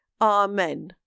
Amen